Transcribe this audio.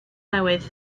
newydd